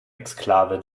exklave